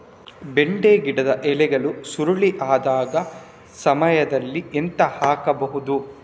ಬೆಂಡೆ ಗಿಡದ ಎಲೆಗಳು ಸುರುಳಿ ಆದಾಗ ಸಾವಯವದಲ್ಲಿ ಎಂತ ಹಾಕಬಹುದು?